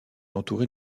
entouré